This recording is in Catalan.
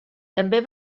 també